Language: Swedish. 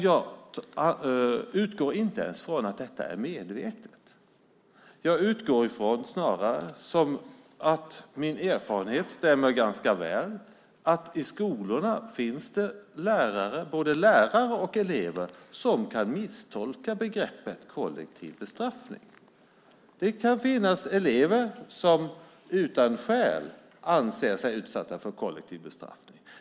Jag utgår inte ens från att detta är medvetet. Jag utgår snarare - det stämmer ganska väl med min erfarenhet - från att det i skolorna finns både lärare och elever som kan misstolka begreppet kollektiv bestraffning. Det kan finnas elever som utan skäl anser sig utsatta för kollektiv bestraffning.